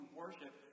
worship